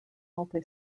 multi